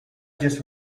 just